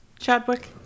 Chadwick